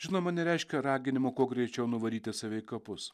žinoma nereiškia raginimo kuo greičiau nuvaryti save į kapus